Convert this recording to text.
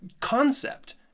concept